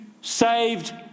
saved